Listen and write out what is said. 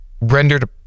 rendered